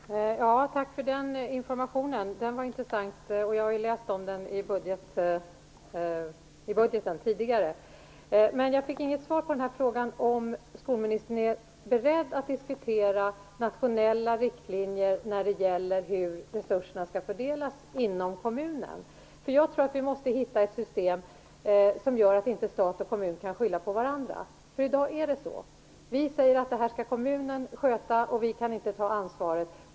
Fru talman! Tack för den informationen. Den var intressant, och jag har läst om den i budgeten tidigare. Men jag fick inget svar på frågan om skolministern är beredd att diskutera nationella riktlinjer när det gäller hur resurserna skall fördelas inom kommunen. Jag tror att vi måste hitta ett system som gör att stat och kommun inte kan skylla på varandra. I dag är det på det sättet. Vi säger att kommunerna skall sköta detta och att vi inte kan ta ansvaret för det.